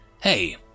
Hey